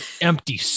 empty